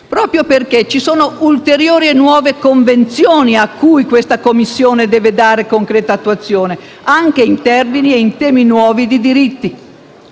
proprio perché ci sono ulteriori e nuove Convenzioni cui questa Commissione deve dare concreta attuazione, anche in termini e in tema di nuovi di diritti